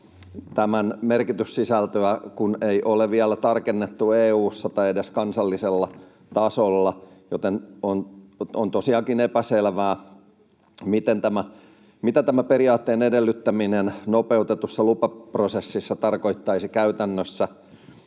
Tämän merkityssisältöä ei ole vielä tarkennettu EU:ssa tai edes kansallisella tasolla, joten on tosiaankin epäselvää, mitä tämän periaatteen edellyttäminen nopeutetussa lupaprosessissa tarkoittaisi käytännössä.